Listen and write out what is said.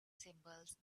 symbols